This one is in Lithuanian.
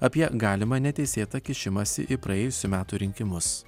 apie galimą neteisėtą kišimąsi į praėjusių metų rinkimus